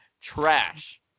trash